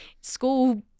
school